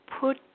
put